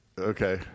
Okay